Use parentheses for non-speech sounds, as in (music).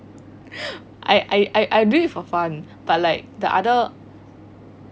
(breath) I I I I do it for fun but like the other